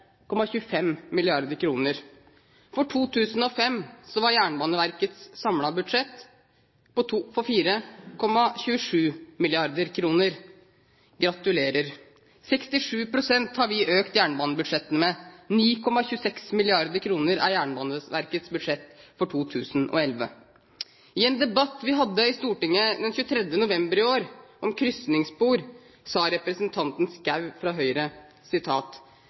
For 2005 var Jernbaneverkets samlede budsjett på 4,27 mrd. kr. Gratulerer! Vi har økt jernbanebudsjettene med 67 pst. Jernbaneverkets budsjett for 2011 er på 9,26 mrd. kr. I en debatt vi hadde i Stortinget den 23. november i år om krysningsspor, sa representanten Schou fra Høyre: